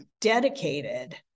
Dedicated